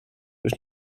już